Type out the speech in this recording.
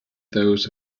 those